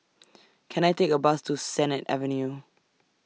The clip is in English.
Can I Take A Bus to Sennett Avenue